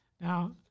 Now